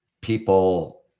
people